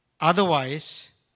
Otherwise